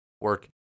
work